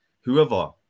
whoever